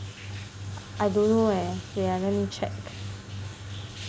I don't know eh wait ah let me check